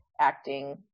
acting